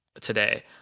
today